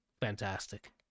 fantastic